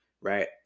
right